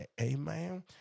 Amen